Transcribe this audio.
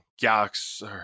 Galaxy